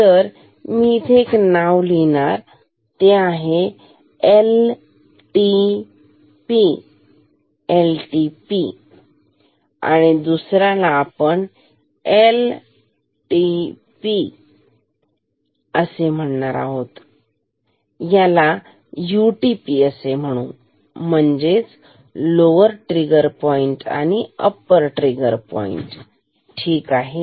तर मी इथे एक नाव देतो LTP ह्याला आपण LTP आणि ह्याला UTP लोअर ट्रिगर पॉइंट आणि अप्पर ट्रिगर पॉईंट ठीक आहे